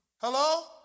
Hello